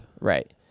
Right